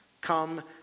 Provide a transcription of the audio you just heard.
come